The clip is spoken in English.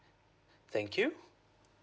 thank you